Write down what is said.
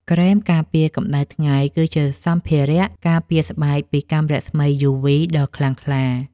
ក្រែមការពារកម្ដៅថ្ងៃ គឺជាសម្ភារៈការពារស្បែកពីកាំរស្មីយូវីដ៏ខ្លាំងក្លា។